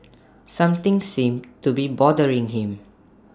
something seems to be bothering him